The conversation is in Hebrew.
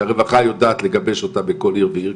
שהרווחה יודעת לגבש אותם בכל עיר ועיר,